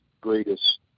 greatest